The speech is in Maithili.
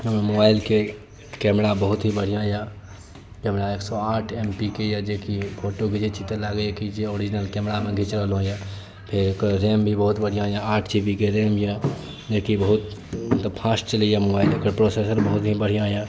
हमर मोबाइलके कैमरा बहुत ही बढ़िऑं यऽ ई हमरा एक सए आठ एम पी यऽ जे की फोटो घीचै छी तऽ लागैया जे ओरिजिनल कैमरामे घींचल होइ फेर एकर रेम भी बढ़िऑं यऽ आठ जी बी के रेम अछि जेकी बहुत फ़ास्ट चलैया मोबाइल एकर प्रोसेसर बहुत ही बढ़िऑं अछि